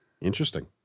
Interesting